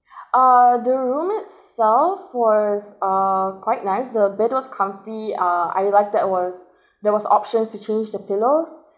uh the room itself was uh quite nice the bed was comfy uh I like that was that was options to change the pillows